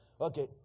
Okay